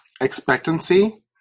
expectancy